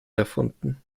erfunden